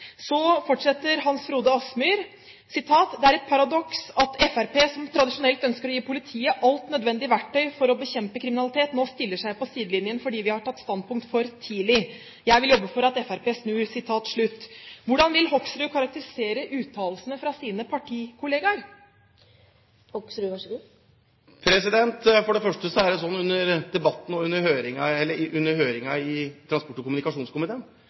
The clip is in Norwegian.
Så fortsetter Hans Frode Kielland Asmyhr – og jeg siterer: «Det er et paradoks at Frp, som tradisjonelt ønsker å gi politiet alt nødvendig verktøy for å bekjempe kriminalitet, nå stiller seg på sidelinjen i denne saken fordi vi har tatt standpunkt for tidlig. Jeg vil jobbe for at Frp snur.» Hvordan vil representanten Hoksrud karakterisere uttalelsene fra sine partikollegaer? For det første er det slik at under høringen i transport- og kommunikasjonskomiteen